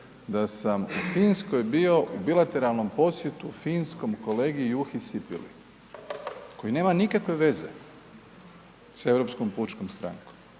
da sam u Finskoj bio u bilateralnom posjetu finskom kolegi Juhi Sipili koji nema nikakve veze sa Europskom pučkom strankom